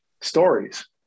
stories